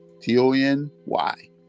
T-O-N-Y